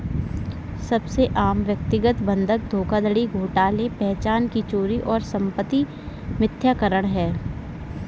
सबसे आम व्यक्तिगत बंधक धोखाधड़ी घोटाले पहचान की चोरी और संपत्ति मिथ्याकरण है